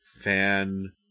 fan